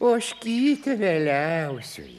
ožkyte mieliausioji